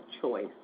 choice